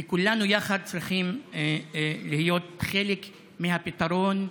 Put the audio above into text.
וכולנו יחד צריכים להיות חלק מהפתרון,